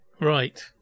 Right